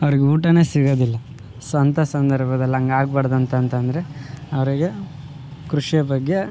ಅವರಿಗೆ ಊಟ ಸಿಗೋದಿಲ್ಲ ಸೊ ಅಂಥ ಸಂದರ್ಭದಲ್ಲಿ ಹಂಗಾಗ್ಬಾಡ್ದು ಅಂತಂತಂದರೆ ಅವರಿಗೆ ಕೃಷಿಯ ಬಗ್ಗೆ